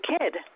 kid